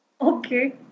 Okay